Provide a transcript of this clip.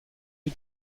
you